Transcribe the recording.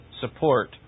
support